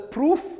proof